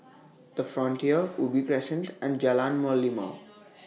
The Frontier Ubi Crescent and Jalan Merlimau